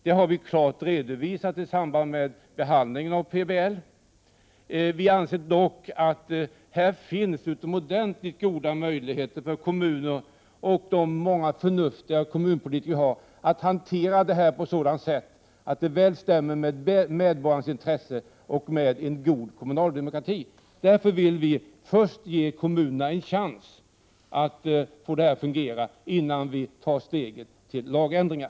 Det har vi klart redovisat i samband med behandlingen av PBL. Vi anser dock också att det här finns utomordentligt goda möjligheter för kommunerna och de många förnuftiga kommunalpolitikerna att hantera detta på ett sådant sätt att det väl stämmer överens med medborgarnas intresse och med en god kommunal demokrati. Vi vill därför först ge kommunerna en chans att få systemet att fungera, innan vi tar steget till lagändringar.